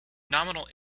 nominal